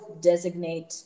designate